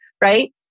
right